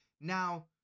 Now